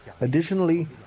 Additionally